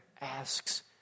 asks